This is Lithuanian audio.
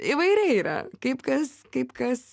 įvairiai yra kaip kas kaip kas